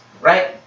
right